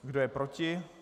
Kdo je proti?